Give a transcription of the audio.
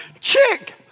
chick